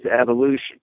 evolution